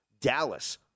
Dallas